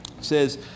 says